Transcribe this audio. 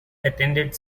attended